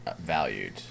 valued